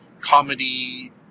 comedy